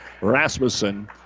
Rasmussen